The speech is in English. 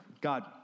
God